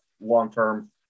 long-term